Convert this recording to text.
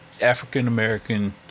african-american